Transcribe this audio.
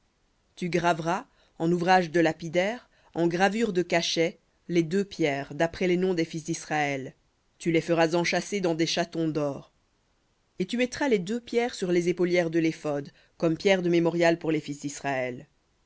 tu graveras en ouvrage de lapidaire en gravure de cachet les deux pierres d'après les noms des fils d'israël tu les feras enchâsser dans des chatons dor et tu mettras les deux pierres sur les épaulières de l'éphod comme pierres de mémorial pour les fils d'israël